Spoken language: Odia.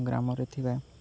ଗ୍ରାମରେ ଥାଏ